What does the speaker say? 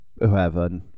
whoever